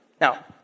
Now